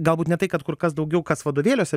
galbūt ne tai kad kur kas daugiau kas vadovėliuose